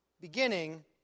beginning